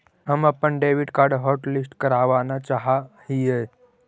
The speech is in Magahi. हम अपन डेबिट कार्ड हॉटलिस्ट करावाना चाहा हियई